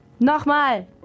nochmal